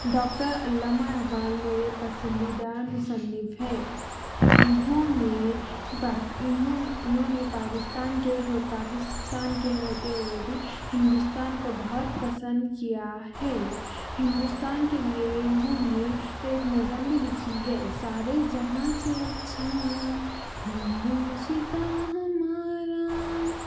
doctor Allama Iqbal میرے پسندیدہ مصنف ہے انہوں نے انہوں نے انہوں نے پاکستان کے ہو پاکستان کے ہوتے ہوئے بھی ہندوستان کو بہت پسند کیا ہے ہندوستان کے لیے انہوں نے ایک نظم بھی لکھی ہے سارے جہاں سے اچھا ہندوستاں ہمارا